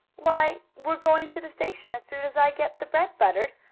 why, we're going to the station as soon as i get the bread buttered,